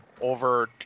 over